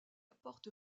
porte